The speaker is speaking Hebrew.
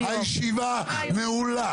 הישיבה נעולה.